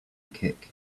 kick